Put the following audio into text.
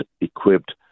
equipped